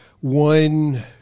one